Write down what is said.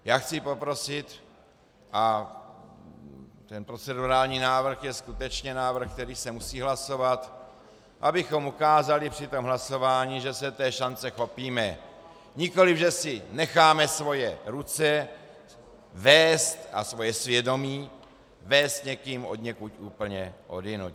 Já chci poprosit, a ten procedurální návrh je skutečně návrh, který se musí hlasovat, abychom ukázali při tom hlasování, že se té šance chopíme, nikoliv že si necháme svoje ruce vést a svoje svědomí vést někým odněkud úplně odjinud.